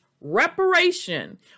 reparation